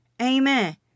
Amen